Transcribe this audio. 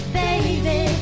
baby